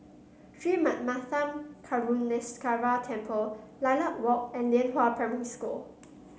Sri Manmatha Karuneshvarar Temple Lilac Walk and Lianhua Primary School